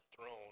throne